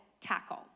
tackle